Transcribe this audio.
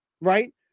right